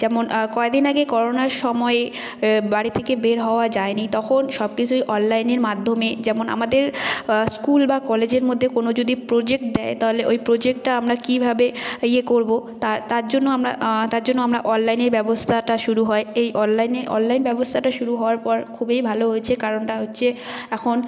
যেমন কয়দিন আগে করোনার সময় বাড়ি থেকে বের হওয়া যায়নি তখন সব কিছুই অললাইনের মাধ্যমে যেমন আমাদের স্কুল বা কলেজের মধ্যে কোনও যদি প্রজেক্ট দেয় তাহলে ওই প্রজেক্টটা আমরা কীভাবে ইয়ে করব তার জন্য আমরা তার জন্য অললাইনেই ব্যবস্থাটা শুরু হয় এই অললাইনে অললাইন ব্যবস্থাটা শুরু হওয়ার পর খুবই ভালো হয়েছে কারণটা হচ্ছে এখন